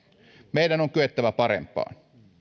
meidän on kyettävä parempaan